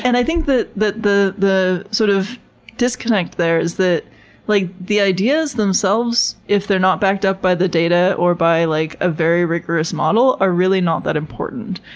and i think that that the the sort of disconnect there is that like the ideas themselves, if they're not backed up by the data or by like a very rigorous model, are really not that important.